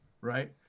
Right